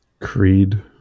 Creed